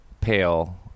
pale